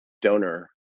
donor